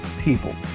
people